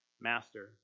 Master